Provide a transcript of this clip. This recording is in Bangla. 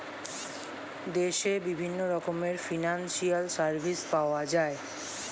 দেশে বিভিন্ন রকমের ফিনান্সিয়াল সার্ভিস পাওয়া যায়